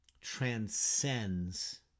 transcends